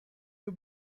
you